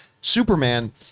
Superman